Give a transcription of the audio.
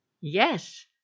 Yes